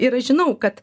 ir aš žinau kad